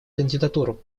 кандидатуру